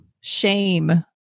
shame